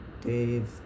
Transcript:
Dave